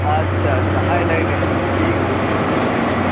ᱟᱪᱷᱟ ᱟᱪᱷᱟ ᱦᱟᱭᱞᱟᱭᱤᱴᱟᱹᱧ ᱴᱷᱤᱠ ᱜᱮᱭᱟ ᱴᱷᱤᱠ